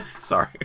Sorry